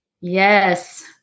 Yes